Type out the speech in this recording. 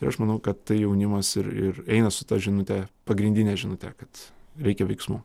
ir aš manau kad tai jaunimas ir ir eina su ta žinutė pagrindine žinute kad reikia veiksmų